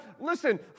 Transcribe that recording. listen